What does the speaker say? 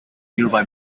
nearby